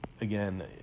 again